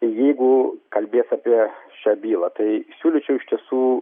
jeigu kalbės apie šią bylą tai siūlyčiau iš tiesų